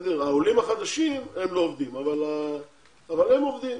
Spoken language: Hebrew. העולים החדשים, הם לא עובדים, אבל הם עובדים,